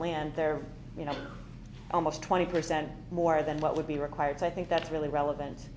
land there you know almost twenty percent more than what would be required so i think that's really relevant